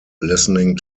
listening